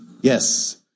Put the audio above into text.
Yes